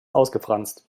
ausgefranst